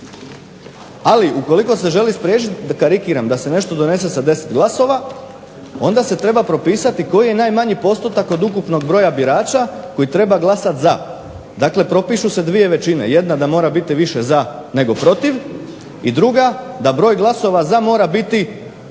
Ali ukoliko se želi spriječiti, da karikiram, da se nešto donese sa 10 glasova onda se treba propisati koji je najmanji postotak od ukupnog broja birača koji treba glasat za. Dakle propišu se dvije većine, jedna da mora biti više za nego protiv i druga, da broj glasova za mora biti 1/4